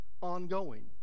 ongoing